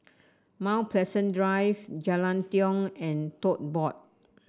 Mount Pleasant Drive Jalan Tiong and Tote Board